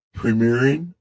premiering